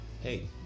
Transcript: hey